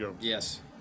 Yes